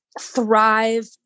thrive